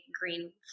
green